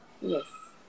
Yes